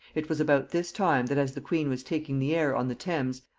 it was about this time that as the queen was taking the air on the thames,